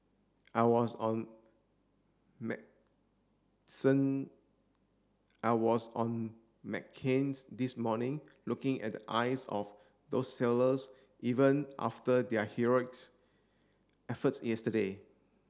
I was on I was on McCain's this morning looking at the eyes of those sailors even after their heroics efforts yesterday